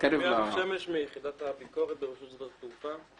יחידת הביקורת ברשות שדות התעופה.